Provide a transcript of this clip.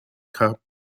cup